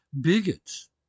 bigots